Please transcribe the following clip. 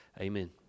Amen